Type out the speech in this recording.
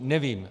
Nevím.